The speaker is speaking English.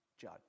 judge